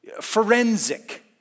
Forensic